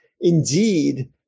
indeed